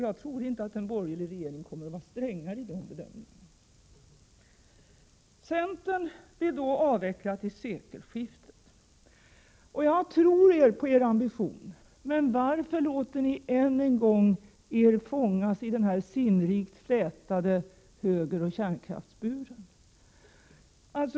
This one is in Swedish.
Jag tror inte att en borgerlig regeringen kommer att vara strängare i de bedömningarna. Centern vill avveckla kärnkraften till sekelskiftet. Jag tror på er ambition, men varför låter ni er än en gång fångas i den sinnrikt flätade högeroch kärnkraftsburen?